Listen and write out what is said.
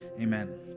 Amen